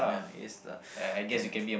ya A star and